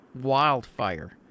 wildfire